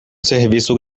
serviço